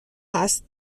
هست